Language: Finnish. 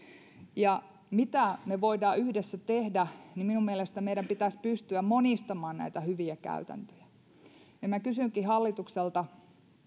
mitä me voimme yhdessä tehdä niin minun mielestäni meidän pitäisi pystyä monistamaan näitä hyviä käytäntöjä minä kysynkin hallitukselta